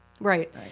Right